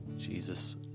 Jesus